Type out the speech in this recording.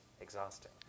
exhausting